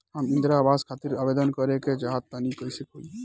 हम इंद्रा आवास खातिर आवेदन करे क चाहऽ तनि कइसे होई?